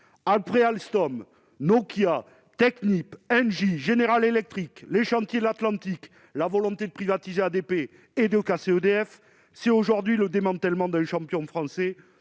Après Alstom, Nokia, Technip, Engie, General Electric, les Chantiers de l'Atlantique, la volonté de privatiser ADP et de casser EDF, nous assistons aujourd'hui au démantèlement d'un champion français